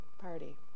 party